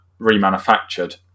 remanufactured